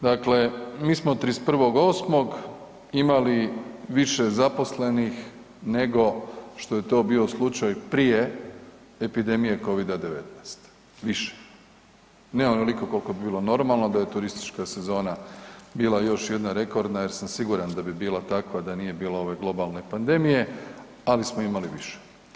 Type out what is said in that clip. Dakle, mi smo 31.8. imali više zaposlenih nego što je to bio slučaj prije epidemije covid-19, više, ne onoliko koliko bi bilo normalno da je turistička sezona bila još jedna rekordna jer sam siguran da bi bila takva da nije bilo ove globalne pandemije, ali smo imali više.